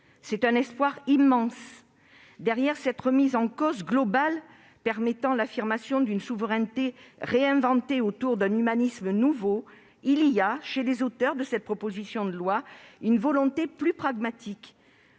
C'est un espoir immense. Derrière cette remise en cause globale, permettant l'affirmation d'une souveraineté réinventée autour d'un humanisme nouveau, il y a, chez les auteurs de cette proposition de loi, une volonté plus pragmatique